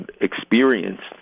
experienced